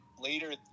later